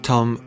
Tom